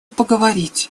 поговорить